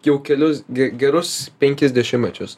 jau kelis ge gerus penkis dešimečius